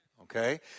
Okay